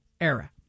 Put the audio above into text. era